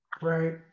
Right